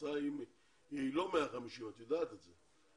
ההוצאה היא לא 150, את יודעת את זה.